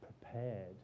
prepared